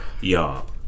Y'all